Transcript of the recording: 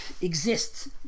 exists